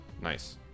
Nice